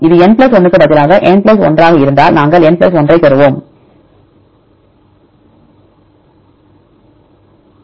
இது n 1 க்கு பதிலாக n 1 ஆக இருந்தால் நாங்கள் n 1 ஐப் பயன்படுத்துகிறோம்